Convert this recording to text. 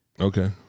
Okay